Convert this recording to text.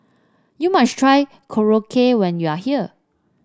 you must try Korokke when you are here